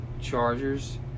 Chargers